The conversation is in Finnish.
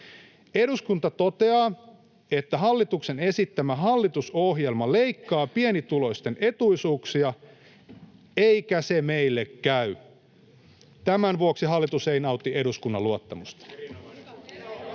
”Eduskunta toteaa, että hallituksen esittämä hallitusohjelma leikkaa pienituloisten etuisuuksia, eikä se meille käy. Tämän vuoksi hallitus ei nauti eduskunnan luottamusta.”